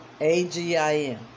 A-G-I-N